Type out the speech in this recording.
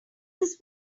this